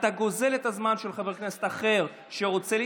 אתה גוזל את הזמן של חבר כנסת אחר שרוצה להתנגד,